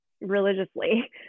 religiously